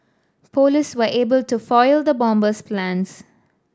police were able to foil the bomber's plans